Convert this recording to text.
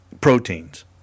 proteins